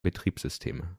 betriebssysteme